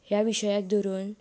ह्या विशयाक धरून